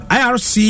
irc